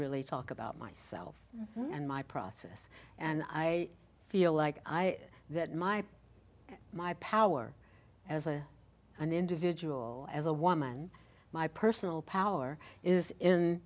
really talk about myself and my process and i feel like i that my my power as a an individual as a woman my personal power is in